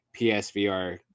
PSVR